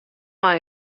mei